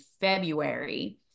February